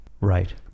Right